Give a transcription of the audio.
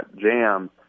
jam